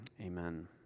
Amen